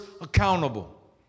accountable